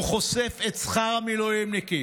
הוא חושף את שכר המילואימניקים.